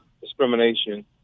discrimination